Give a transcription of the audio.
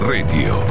Radio